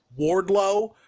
Wardlow